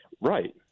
Right